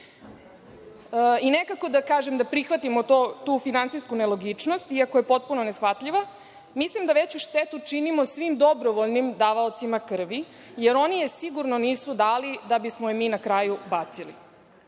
eura. Nekako i da prihvatimo to, tu finansijsku nelogičnost iako je potpuno neshvatljivo, a mislim da veću štetu činimo svim dobrovoljnim davaocima krvi jer oni je sigurno nisu dali da bismo je mi na kraju bacili.